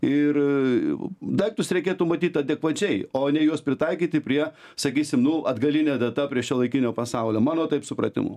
ir daiktus reikėtų matyt adekvačiai o ne juos pritaikyti prie sakysim nu atgaline data prie šiuolaikinio pasaulio mano taip supratimu